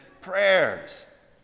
prayers